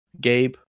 Gabe